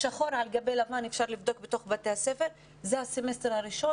שחור על גבי לבן אפשר לבדוק בתוך בתי הספר ולראות שזה הסמסטר הראשון